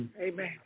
Amen